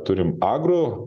turim agro